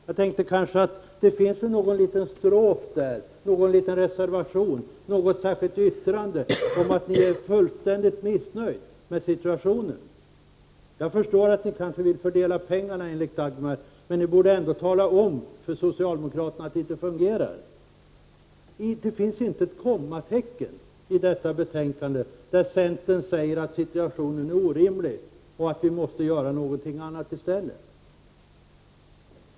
Jag tänkte att det kanske finns någon liten strof där, någon liten reservation, något särskilt yttrande om att ni är fullständigt missnöjda med situationen. Jag förstår att ni kanske vill fördela pengarna enligt Dagmarreformen, men ni borde ändå tala om för socialdemokraterna att det inte fungerar. Det finns inte ett kommatecken i detta betänkande som visar att centern tycker att situationen är orimlig och att vi måste göra något annat i stället.